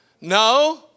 No